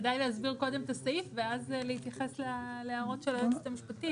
כמה כסף יהיה לתקנים?